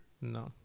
no